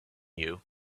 you